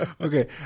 okay